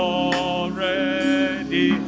already